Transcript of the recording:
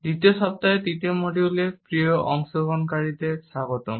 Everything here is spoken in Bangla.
দ্বিতীয় সপ্তাহের তৃতীয় মডিউলে প্রিয় অংশগ্রহণকারীদের স্বাগতম